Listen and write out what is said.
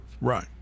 Right